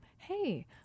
Hey